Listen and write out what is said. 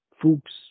Fuchs